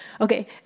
okay